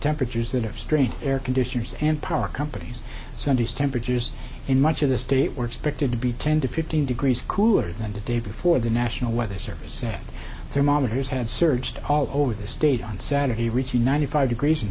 temperatures that have strained air conditioners and power companies sunday's temperatures in much of the state were expected to be ten to fifteen degrees cooler than the day before the national weather service said their monitors had searched all over the state on saturday reaching ninety five degrees in